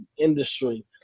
industry